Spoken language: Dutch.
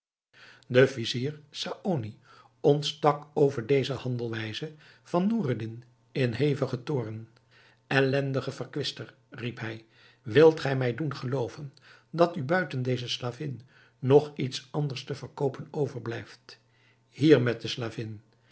de vizier saony ontstak over deze handelwijze van noureddin in hevigen toorn ellendige verkwister riep hij wilt gij mij doen gelooven dat u buiten deze slavin nog iets anders te verkoopen overblijft hier met de slavin